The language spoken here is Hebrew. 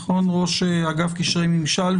ראש אגף קשרי ממשל,